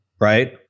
right